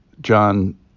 John